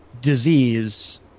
disease